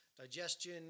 digestion